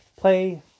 play